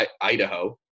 Idaho